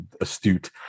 astute